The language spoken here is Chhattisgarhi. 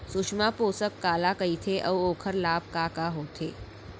सुषमा पोसक काला कइथे अऊ ओखर लाभ का का होथे?